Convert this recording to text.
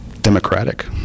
democratic